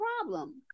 problem